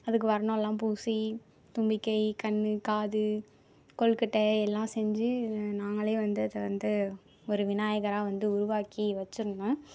அதுக்கு வர்ணம்லாம் பூசி தும்பிக்கை கண் காது கொழுக்கட்டை எல்லாம் செஞ்சு நாங்கள் வந்து அதை வந்து ஒரு விநாயகராக உருவாக்கி வச்சிருந்தேன்